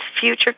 future